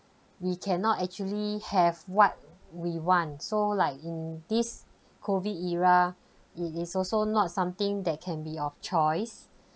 we cannot actually have what we want so like in this COVID era it is also not something that can be of choice